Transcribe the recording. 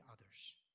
others